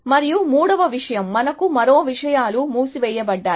మరియు మూడవ విషయం మనకు మరో విషయాలు మూసివేయబడ్డాయి